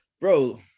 Bro